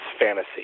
fantasy